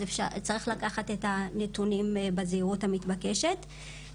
אז צריך לקחת את הנתונים בזהירות המתבקשת.